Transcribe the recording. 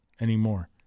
anymore